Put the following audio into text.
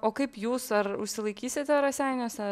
o kaip jūs ar užsilaikysite raseiniuose